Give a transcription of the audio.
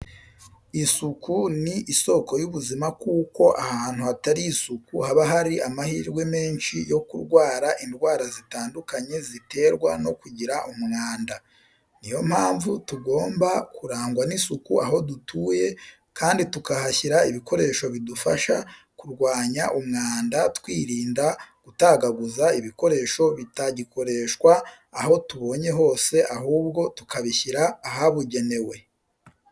Isuku ni isoko y'ubuzima kuko ahantu hatari isuku haba hari amahirwe menshi yo kurwara indwara zitandukanye ziterwa no kugira umwanda. Ni yo mpamvu tugomba kurangwa n'isuku aho dutuye kandi tukahashyira ibikoresho bidufasha kurwanya umwanda twirinda gutagaguza ibikoresho bitagikoreshwa aho tubonye hose ahubwo tukabishyira ahabugenewe.